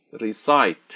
recite